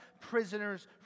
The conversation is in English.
prisoners